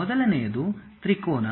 ಮೊದಲನೆಯದು ತ್ರಿಕೋನ